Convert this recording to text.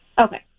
Okay